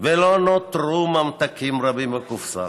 ולא נותרו ממתקים רבים בקופסה.